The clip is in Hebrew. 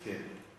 כן.